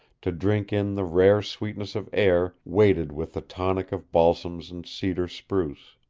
to drink in the rare sweetness of air weighted with the tonic of balsams and cedar spruce.